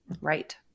Right